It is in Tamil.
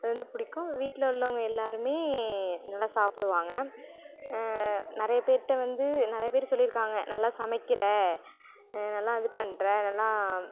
அது வந்து பிடிக்கும் வீட்டில உள்ளவங்க எல்லாருமே நல்லா சாப்பிடுவாங்க நிறைய பேர்கிட்ட வந்து நிறைய பேர் சொல்லியிருக்காங்க நல்லா சமைக்கிற நல்லா இது பண்ணுற நல்லா